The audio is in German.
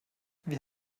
wie